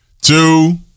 two